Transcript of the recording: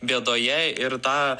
bėdoje ir tą